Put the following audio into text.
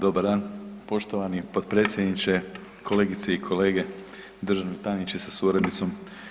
Dobar dan poštovani potpredsjedniče, kolegice i kolege, državni tajniče sa suradnicom.